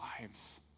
lives